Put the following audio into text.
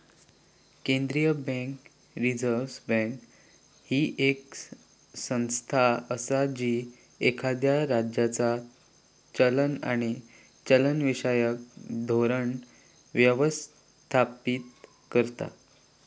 केंद्रीय bank, reserve bank, ही येक संस्था असा जी एखाद्या राज्याचा चलन आणि चलनविषयक धोरण व्यवस्थापित करता